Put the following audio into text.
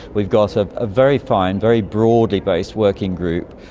we've got a ah very fine, very broadly based working group,